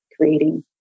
creating